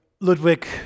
Ludwig